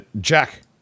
jack